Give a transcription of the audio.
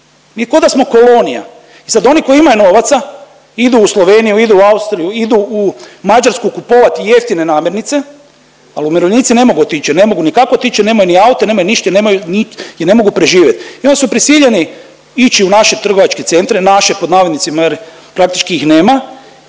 Mi ko da smo kolonija. I sad oni koji imaju novaca idu u Sloveniju, idu u Austriju, idu u Mađarsku kupovati jeftine namirnice, a umirovljenici ne mogu otići jer ne mogu ni kako otići jer nemaju ni aute, nemaju ništa i ne mogu preživjeti i onda su prisiljeni ići u naše trgovačke centre, naše pod navodnicima jer praktički ih nema